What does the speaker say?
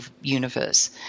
universe